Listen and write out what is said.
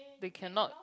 they cannot